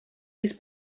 his